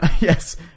Yes